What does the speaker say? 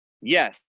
yes